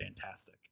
fantastic